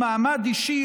מעמד אישי,